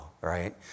right